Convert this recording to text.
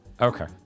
okay